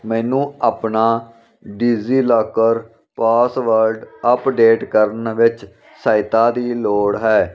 ਮੈਨੂੰ ਆਪਣਾ DigiLocker password update ਕਰਨ ਵਿੱਚ ਸਹਾਇਤਾ ਦੀ ਲੋੜ ਹੈ